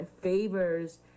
favors